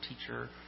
teacher